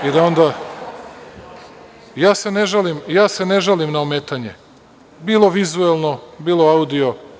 Ja se ne žalim na ometanje bilo vizuelno, bilo audio.